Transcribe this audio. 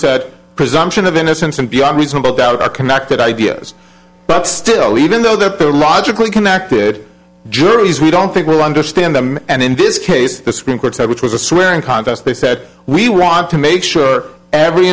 said presumption of innocence and beyond reasonable doubt are connected ideas but still even though they're the logically connected juries we don't think we understand them and in this case the supreme court said which was a swearing contest they said we want to make sure every